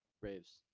Braves